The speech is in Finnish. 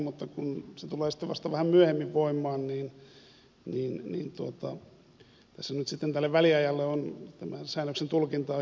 mutta kun se tulee sitten vasta vähän myöhemmin voimaan niin tässä nyt sitten tälle väliajalle on tämän säännöksen tulkinta hieman erilainen